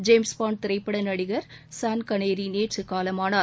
James Bond திரைப்பட நடிகர் Sean Connery நேற்று காலமானார்